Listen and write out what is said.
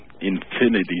infinity